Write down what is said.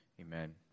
Amen